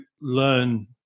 learn